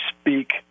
speak